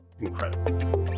incredible